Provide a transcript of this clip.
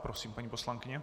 Prosím, paní poslankyně.